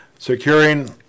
securing